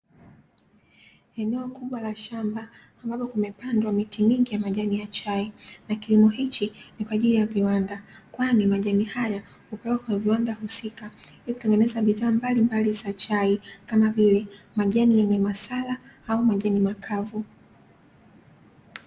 Eneo kubwa la shamba ambapo kumepandwa miti mingi ya chai na kilimo hichi ni kwa ajili ya viwanda, kwani majani haya hupelekwa kwenye viwanda husika ili kutengeneza bidhaa mbalimbali za chai kama vile majani yenye masala au majani makavu.